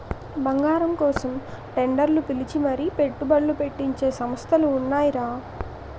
బంగారం కోసం టెండర్లు పిలిచి మరీ పెట్టుబడ్లు పెట్టించే సంస్థలు ఉన్నాయిరా